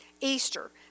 Easter